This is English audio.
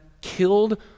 killed